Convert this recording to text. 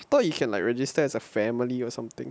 I thought you can like register as a family or something